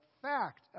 fact